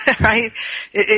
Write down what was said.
right